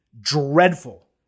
dreadful